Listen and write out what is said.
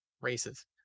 races